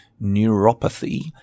neuropathy